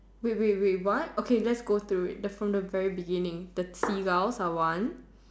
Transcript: wait wait wait what okay let's go through it the from the very beginning the seagulls are one